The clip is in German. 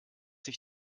sich